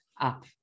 up